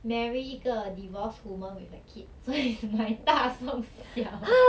marry 一个 divorce woman with her kid 所以是买大送小